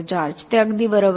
George ते अगदी बरोबर आहे